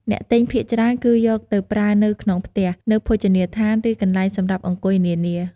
អ្នកទិញភាគច្រើនគឺយកទៅប្រើនៅក្នុងផ្ទះ នៅភោជនីយដ្ឋាន ឬកន្លែងសម្រាប់អង្គុយនានា។